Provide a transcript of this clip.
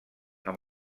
amb